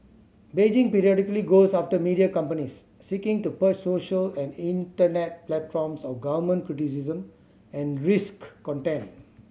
Beijing periodically goes after media companies seeking to purge social and internet platforms of government criticism and risque content